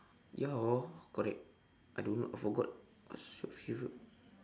ya hor correct I don't know I forgot what's your favourite